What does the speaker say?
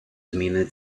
зміни